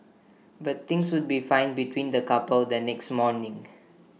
but things would be fine between the couple the next morning